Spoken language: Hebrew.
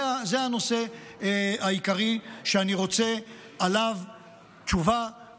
זה הנושא העיקרי שאני רוצה עליו תשובה,